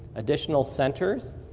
additional centers.